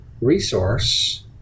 resource